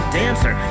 dancer